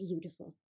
beautiful